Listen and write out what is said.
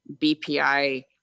BPI